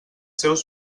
seus